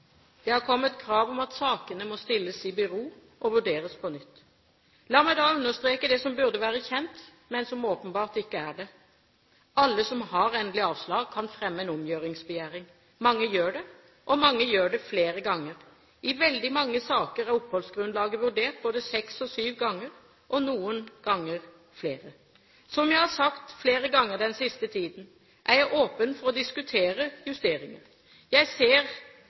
Det har kommet krav om at sakene må stilles i bero og vurderes på nytt. La meg da understreke det som burde være kjent, men som åpenbart ikke er det: Alle som har endelig avslag, kan fremme en omgjøringsbegjæring. Mange gjør det, og mange gjør det flere ganger. I veldig mange saker er oppholdsgrunnlaget vurdert både seks og syv ganger, og noen ganger flere. Som jeg har sagt flere ganger den siste tiden, er jeg åpen for å diskutere justeringer. Jeg ser